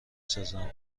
سازند